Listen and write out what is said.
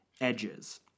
edges